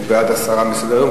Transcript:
הוא בעד הסרה מסדר-היום,